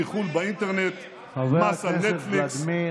אביגדור ליברמן אומר,